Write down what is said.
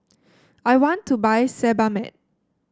I want to buy Sebamed